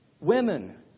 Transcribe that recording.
Women